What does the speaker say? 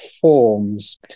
forms